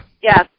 Yes